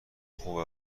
خوب